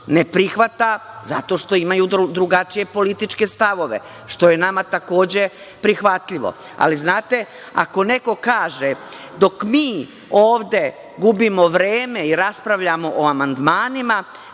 Ne prihvata zato što imaju drugačije političke stavove, što je nama takođe prihvatljivo. Ali, znate, ako neko kaže – dok mi ovde gubimo vreme i raspravljamo o amandmanima,